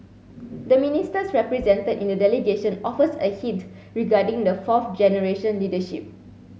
the Ministers represented in the delegation offers a hint regarding the fourth generation leadership